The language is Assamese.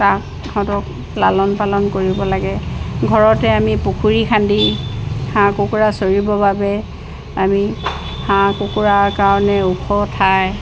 তাহঁতক লালন পালন কৰিব লাগে ঘৰতে আমি পুখুৰী খান্দি হাঁহ কুকুৰা চৰিবৰ বাবে আমি হাঁহ কুকুৰাৰ কাৰণে ওখ ঠাই